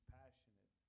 passionate